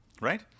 Right